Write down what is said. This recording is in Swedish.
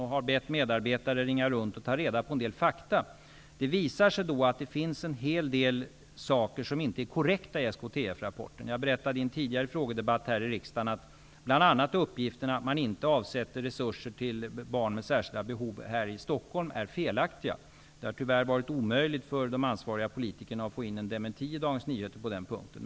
Jag har bett medarbetare att ringa runt och ta reda på en del fakta. Det har då visat sig att det finns en del saker som inte är korrekta i den rapporten. Jag berättade i en tidigare frågedebatt i riksdagen att bl.a. uppgifter om att man inte avsätter resurser till barn med särskilda behov här i Stockholm är felaktiga. Det har tyvärr varit omöjligt för de ansvariga politikerna att få in en dementi i Dagens Nyheter på den punkten.